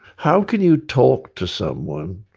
how can you talk to someone,